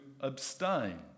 abstain